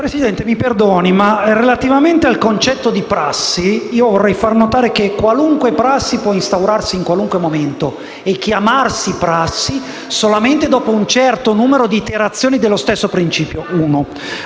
Presidente, mi perdoni, ma relativamente al concetto di prassi, vorrei far notare che qualunque prassi può instaurarsi in qualunque momento e diventare tale solamente dopo un certo numero di iterazioni dello stesso principio.